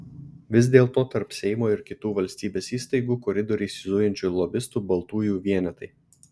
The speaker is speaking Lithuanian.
vis dėlto tarp seimo ir kitų valstybės įstaigų koridoriais zujančių lobistų baltųjų vienetai